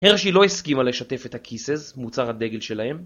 הרשי לא הסכימה לשתף את kisse, מוצר הדגל שלהם